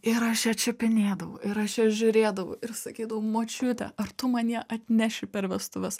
ir aš ją čiupinėdavau ir aš ją žiūrėdavau ir sakydavau močiute ar tu man ją atneši per vestuves